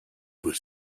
was